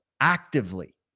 actively